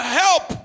help